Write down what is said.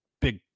big